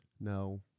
No